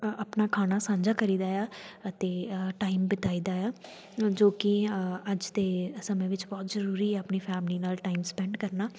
ਅ ਆਪਣਾ ਖਾਣਾ ਸਾਂਝਾ ਕਰੀਦਾ ਆ ਅਤੇ ਟਾਈਮ ਬਿਤਾਈਦਾ ਆ ਜੋ ਕਿ ਅੱਜ ਦੇ ਸਮੇਂ ਵਿੱਚ ਬਹੁਤ ਜ਼ਰੂਰੀ ਹੈ ਆਪਣੀ ਫੈਮਲੀ ਨਾਲ ਟਾਈਮ ਸਪੈਂਡ ਕਰਨਾ